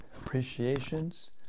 appreciations